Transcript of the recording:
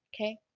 Okay